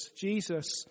Jesus